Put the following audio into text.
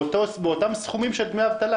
באותם סכומים של דמי אבטלה,